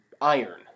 iron